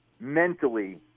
mentally